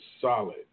solid